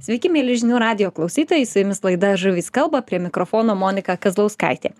sveiki mieli žinių radijo klausytojai su jumis laida žuvys kalba prie mikrofono monika kazlauskaitė